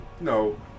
No